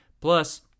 Plus